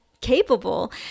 capable